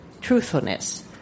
truthfulness